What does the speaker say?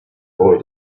boy